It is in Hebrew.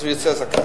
אז הוא יצא זכאי.